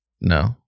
no